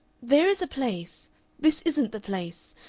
there is a place this isn't the place.